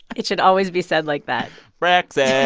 it should always be said like that brexit